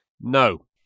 no